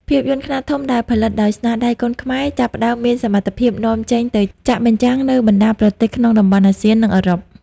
ភាពយន្តខ្នាតធំដែលផលិតដោយស្នាដៃកូនខ្មែរ ចាប់ផ្តើមមានសមត្ថភាពនាំចេញទៅចាក់បញ្ចាំងនៅបណ្តាប្រទេសក្នុងតំបន់អាស៊ាន និងអឺរ៉ុប។